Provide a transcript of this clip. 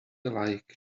like